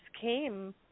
came